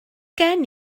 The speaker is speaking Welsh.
gen